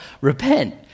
repent